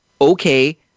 okay